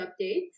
Updates